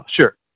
sure